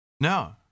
no